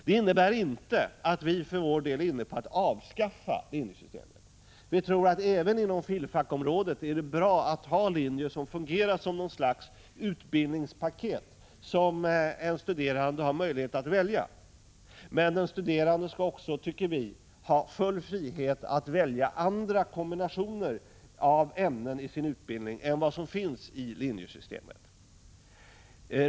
Det innebär inte att vi för vår del är inne på att avskaffa linjesystemet. Vi tror att det är bra att även inom fil. fak-området ha linjer som fungerar som ett slags utbildningspaket som en studerande har möjlighet att välja. Men den studerande skall också, tycker vi, ha full frihet att välja andra kombinationer av ämnen i sin utbildning än vad som finns i linjesystemet.